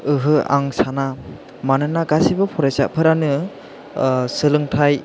ओहो आं साना मानोना गासैबो फरायसाफोरानो सोलोंथाइ